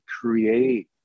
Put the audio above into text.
create